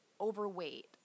overweight